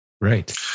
Right